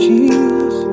Jesus